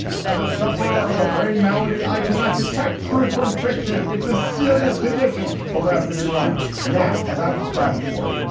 as a sufferer of a brain malady, i cannot detect truth from fiction. it's a serious condition, although i happen to be blind now. as i've described before,